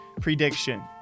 PREDICTION